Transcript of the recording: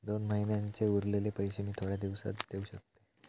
दोन महिन्यांचे उरलेले पैशे मी थोड्या दिवसा देव शकतय?